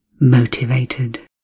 motivated